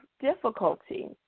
difficulty